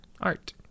Art